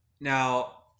Now